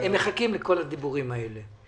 הם מחכים לכל הדיבורים האלה.